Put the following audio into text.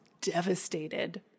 devastated